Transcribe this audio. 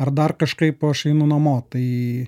ar dar kažkaip aš einu namo tai